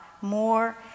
more